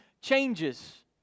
changes